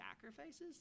sacrifices